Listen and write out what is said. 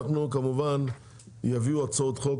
אנחנו כמובן יביאו הצעות חוק,